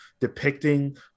depicting